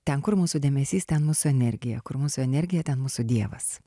ten kur mūsų dėmesys ten mūsų energija kur mūsų energija ten mūsų dievas